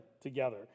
together